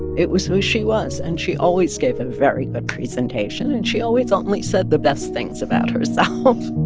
it was who she was. and she always gave a very good presentation. and she always only said the best things about herself